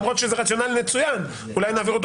למרות שזה רציונל מצוין שאולי נעביר אותו